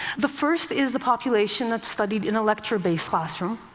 the first is the population that studied in a lecture-based classroom.